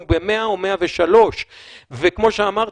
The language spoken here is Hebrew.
אם הוא ב-100 או 103. וכמו שאמרתי,